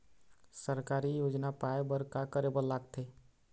सरकारी योजना पाए बर का करे बर लागथे?